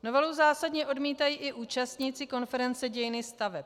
Novelu zásadně odmítají i účastníci konference Dějiny staveb.